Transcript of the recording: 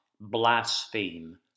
blaspheme